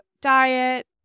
diet